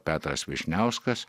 petras vyšniauskas